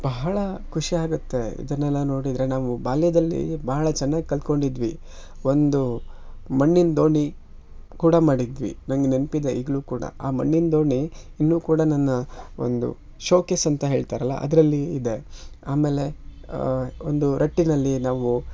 ಬಹಳ ಖುಷಿ ಆಗುತ್ತೆ ಇದನ್ನೆಲ್ಲ ನೋಡಿದರೆ ನಾವು ಬಾಲ್ಯದಲ್ಲಿ ಬಹಳ ಚೆನ್ನಾಗಿ ಕಲ್ತ್ಕೊಂಡಿದ್ವಿ ಒಂದು ಮಣ್ಣಿನ ದೋಣಿ ಕೂಡ ಮಾಡಿದ್ವಿ ನನಗೆ ನೆನಪಿದೆ ಈಗಲೂ ಕೂಡ ಆ ಮಣ್ಣಿನ ದೋಣಿ ಇನ್ನೂ ಕೂಡ ನನ್ನ ಒಂದು ಶೋಕೇಸ್ ಅಂತ ಹೇಳ್ತಾರಲ್ಲ ಅದರಲ್ಲಿ ಇದೆ ಆಮೇಲೆ ಒಂದು ರಟ್ಟಿನಲ್ಲಿ ನಾವು